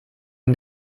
ihm